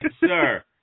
sir